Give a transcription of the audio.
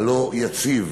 הלא-יציב.